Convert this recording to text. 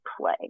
play